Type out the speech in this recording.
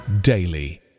daily